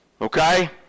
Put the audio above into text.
Okay